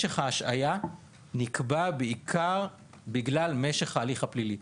משך ההשעיה נקבע בעיקר בגלל משך ההליך הפלילי.